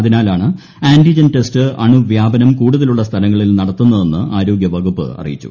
അതിനാലാണ് antigen test അണുവ്യാപനം കൂടുതലുളള സ്ഥലങ്ങളിൽ നടത്തുന്നതെന്ന് ആരോഗ്യ വകുപ്പ് അറിയിച്ചു